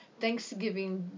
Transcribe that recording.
Thanksgiving